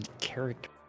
character